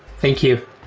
thank you.